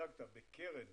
שהצגת בקרן